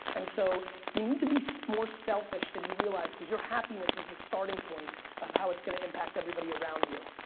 and so you need to be so more selfish than you realize cause your happiness is the starting point of how it's going to impact everybody around you.